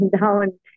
down